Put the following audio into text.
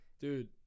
Dude